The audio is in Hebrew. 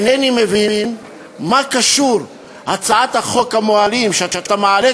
אינני מבין מה קשורה הצעת חוק המוהלים שאתה מעלה